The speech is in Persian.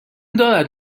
دارد